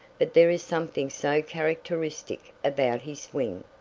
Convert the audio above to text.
but there is something so characteristic about his swing,